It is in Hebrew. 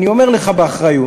אני אומר לך באחריות,